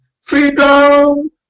freedom